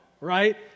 right